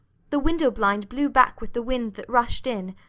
the window blind blew back with the wind that rushed in,